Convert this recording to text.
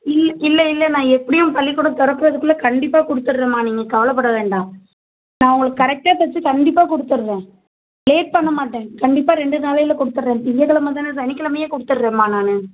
இல் இல்லை இல்லை நான் எப்படியும் பள்ளிக்கூடம் திறக்குறதுக்குள்ள கண்டிப்பாக கொடுத்துர்றேன்ம்மா நீங்கள் கவலை பட வேண்டாம் நான் உங்களுக்கு கரெக்டாக தைச்சி கண்டிப்பாக கொடுத்துர்றேன் லேட் பண்ண மாட்டேன் கண்டிப்பாக ரெண்டு நாளையில கொடுத்துர்றேன் திங்ககிலம தானே சனிக்கிலமயே கொடுத்துர்றேன்ன்மா நான்